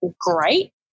great